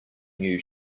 new